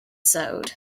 sewed